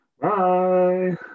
Bye